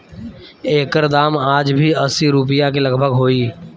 एकर दाम आज भी असी रुपिया के लगभग होई